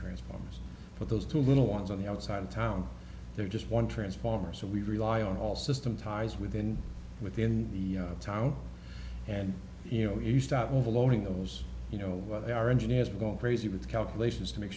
transformers with those two little ones on the outside of town there are just one transformer so we rely on all system ties within within the town and you know you start overloading those you know whether they are engineers going crazy with calculations to make